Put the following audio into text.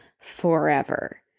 forever